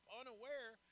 unaware